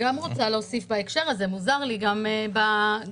אתה שומע כאן שעסקים שקועים, שאין להם איך לנשום.